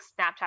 Snapchat